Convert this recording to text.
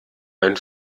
meinen